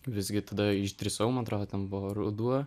visgi tada išdrįsau man atrodo ten buvo ruduo